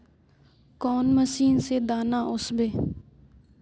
कौन मशीन से दाना ओसबे?